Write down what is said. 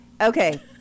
Okay